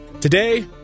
Today